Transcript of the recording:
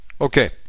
Okay